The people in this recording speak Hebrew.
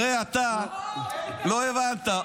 הרי אתה לא הבנת,